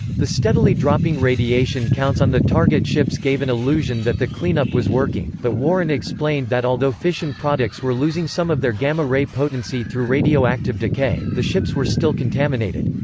the steadily dropping radiation counts on the target ships gave an illusion that the cleanup was working, but warren explained that although fission products were losing some of their gamma ray potency through radioactive decay, the ships were still contaminated.